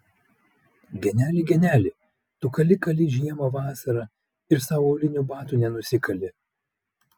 geneli geneli tu kali kali žiemą vasarą ir sau aulinių batų nenusikali